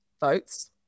votes